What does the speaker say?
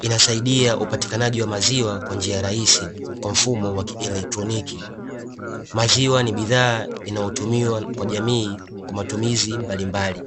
inasaidia upatikanaji wa maziwa kwa njia rahisi kwa mfumo wa kielectroniki, maziwa ni bidhaa inayotumika kwa jamii kwa matumizi mbalimbali.